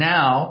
Now